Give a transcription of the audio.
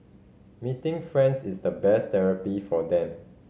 meeting friends is the best therapy for them